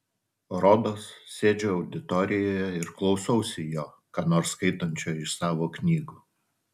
rodos sėdžiu auditorijoje ir klausausi jo ką nors skaitančio iš savo knygų